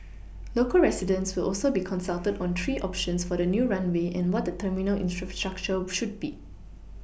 local residents will also be consulted on three options for the new runway and what the terminal infrastructure should be